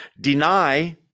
Deny